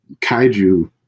kaiju